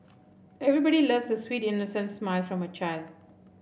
everybody loves a sweet innocent smile from a child